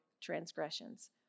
transgressions